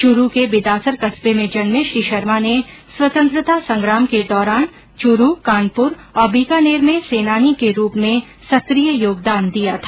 चूरू के बिदासर कस्बे में जन्मे श्री शर्मा ने स्वतंत्रता संग्राम के दौरान चूरू कानपुर और बीकानेर में सेनानी के रूप में सक्रिय योगदान दिया था